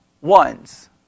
ones